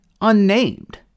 unnamed